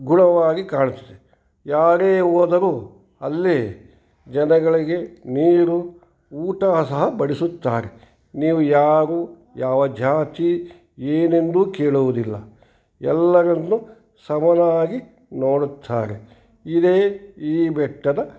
ಗುಣವಾಗಿ ಕಾಣಿಸ್ತದೆ ಯಾರೇ ಹೋದರೂ ಅಲ್ಲಿ ಜನಗಳಿಗೆ ನೀರು ಊಟ ಸಹ ಬಡಿಸುತ್ತಾರೆ ನೀವು ಯಾರು ಯಾವ ಜಾತಿ ಏನೆಂದು ಕೇಳುವುದಿಲ್ಲ ಎಲ್ಲರನ್ನು ಸಮನಾಗಿ ನೋಡುತ್ತಾರೆ ಇದೇ ಈ ಬೆಟ್ಟದ